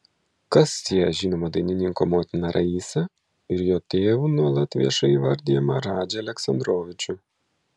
kas sieja žinomo dainininko motiną raisą ir jo tėvu nuolat viešai įvardijamą radžį aleksandrovičių